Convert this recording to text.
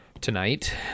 Tonight